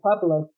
public